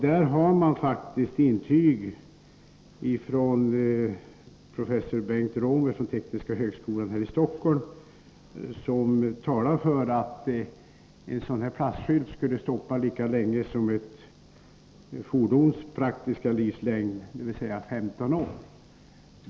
Det finns faktiskt ett intyg från professor Bengt Rånby på Tekniska högskolan här i Stockholm som talar för att en sådan här plastskylt skulle stoppa lika lång tid som ett fordons praktiska livslängd, dvs. 15 år.